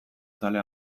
zale